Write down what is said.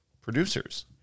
producers